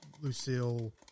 Lucille